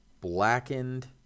blackened